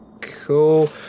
Cool